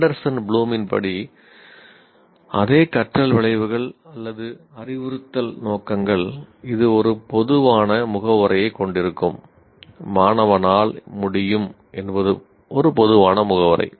Anderson ப்ளூமின் படி அதே கற்றல் விளைவுகள் அல்லது அறிவுறுத்தல் நோக்கங்கள் இது ஒரு பொதுவான முகவுரையை கொண்டிருக்கும் 'மாணவனால் முடியும்' என்பது ஒரு பொதுவான முகவுரை